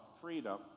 freedom